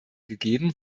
gegeben